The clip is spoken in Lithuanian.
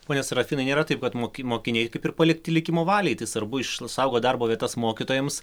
pone serafinai nėra taip kad mok mokiniai kaip ir palikti likimo valiai tai svarbu iš saugot darbo vietas mokytojams